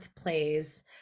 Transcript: plays